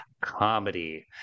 comedy